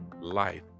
Life